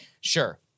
Sure